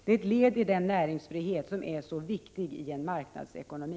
Det är ett led i den näringsfrihet som är så viktig i en marknadsekonomi.